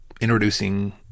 introducing